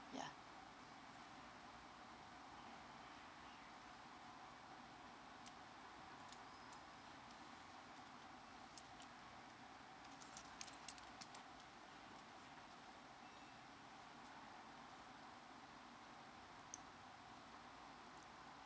ya